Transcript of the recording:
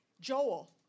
Joel